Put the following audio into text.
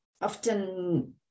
often